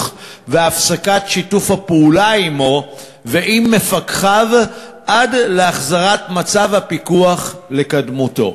והפסקת שיתוף הפעולה עמו ועם מפקחיו עד להחזרת מצב הפיקוח לקדמותו.